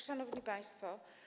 Szanowni Państwo!